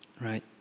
Right